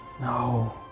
No